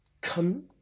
come